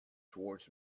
towards